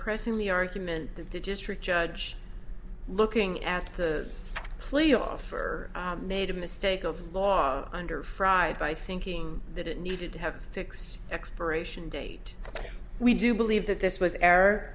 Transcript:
pressing the argument that the district judge looking at the playoff or made a mistake of law under fried by thinking that it needed to have fixed expiration date we do believe that this was air